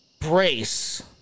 brace